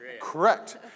correct